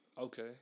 Okay